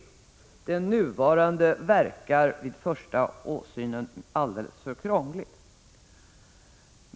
Det nuvarande systemet verkar vid första åsynen vara alldeles för krångligt.